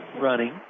Running